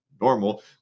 normal